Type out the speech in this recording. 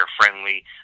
friendly